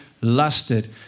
lusted